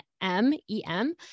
m-e-m